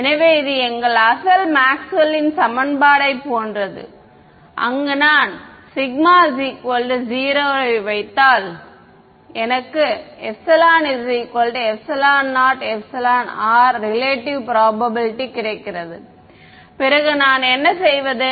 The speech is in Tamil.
எனவே இது எங்கள் அசல் மேக்ஸ்வெல்லின் சமன்பாடு யை போன்றது அங்கு நான் σ 0 ஐ வைத்தால் எனக்கு εε0εr ரிலேட்டிவ் புரோபப்லிட்டி கிடைக்கிறது பிறகு நான் என்ன செய்வது